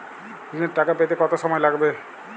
ঋণের টাকা পেতে কত সময় লাগবে?